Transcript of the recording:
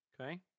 Okay